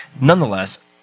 Nonetheless